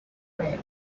red